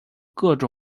各种